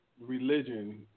religion